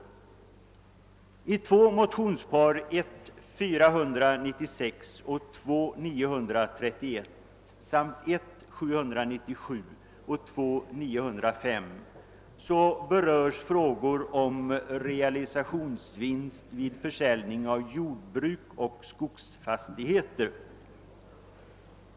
I två motionspar, I:496 och II: 931 samt I:797 och II:905, berörs frågor om realisationsvinst vid försäljning av jordbruksoch skogsfastigheter.